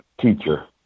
teacher